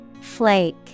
Flake